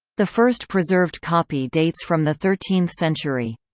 the first preserved copy dates from the thirteenth century.